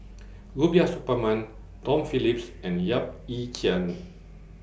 Rubiah Suparman Tom Phillips and Yap Ee Chian